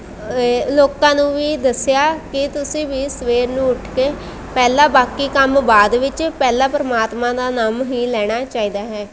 ਏ ਲੋਕਾਂ ਨੂੰ ਵੀ ਦੱਸਿਆ ਕਿ ਤੁਸੀਂ ਵੀ ਸਵੇਰ ਨੂੰ ਉੱਠ ਕੇ ਪਹਿਲਾਂ ਬਾਕੀ ਕੰਮ ਬਾਅਦ ਵਿੱਚ ਪਹਿਲਾਂ ਪ੍ਰਮਾਤਮਾ ਦਾ ਨਾਮ ਹੀ ਲੈਣਾ ਚਾਹੀਦਾ ਹੈ